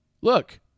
Look